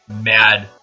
mad